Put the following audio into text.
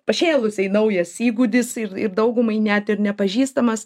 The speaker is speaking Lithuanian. pašėlusiai naujas įgūdis ir ir daugumai net ir nepažįstamas